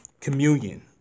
communion